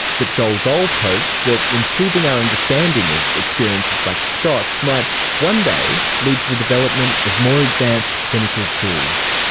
but joel gold hopes that improving our understanding of experiences like scott's might one day lead to the development of more advanced clinical tools.